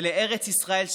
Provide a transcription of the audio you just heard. ולארץ ישראל,